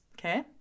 okay